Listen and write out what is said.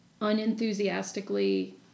unenthusiastically